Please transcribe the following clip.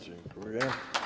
Dziękuję.